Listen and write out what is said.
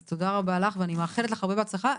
אז תודה רבה לך ואני מאחלת לך הרבה בהצלחה.